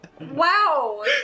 Wow